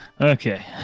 Okay